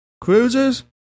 Cruises